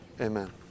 Amen